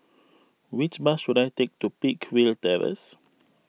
which bus should I take to Peakville Terrace